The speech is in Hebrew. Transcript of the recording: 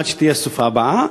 עד שתהיה הסופה הבאה,